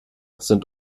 sind